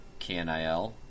KNIL